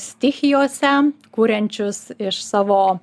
stichijose kuriančius iš savo